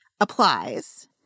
applies